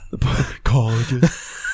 Colleges